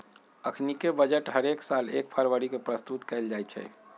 अखनीके बजट हरेक साल एक फरवरी के प्रस्तुत कएल जाइ छइ